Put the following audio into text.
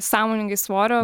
sąmoningai svorio